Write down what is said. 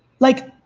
like,